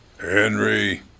Henry